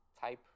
type